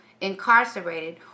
incarcerated